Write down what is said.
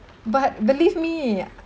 but believe me